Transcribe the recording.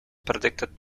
predicted